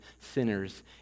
sinners